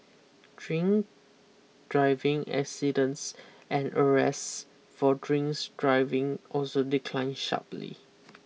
drink driving accidents and arrests for drinks driving also declined sharply